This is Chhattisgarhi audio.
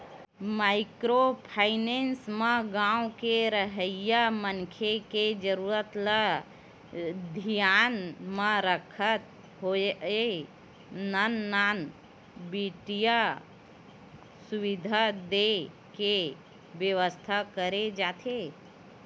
माइक्रो फाइनेंस म गाँव म रहवइया मनखे के जरुरत ल धियान म रखत होय नान नान बित्तीय सुबिधा देय के बेवस्था करे जाथे